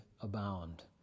abound